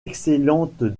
excellente